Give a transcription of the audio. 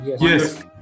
Yes